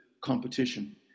competition